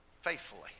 faithfully